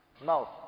mouth